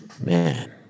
Man